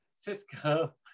cisco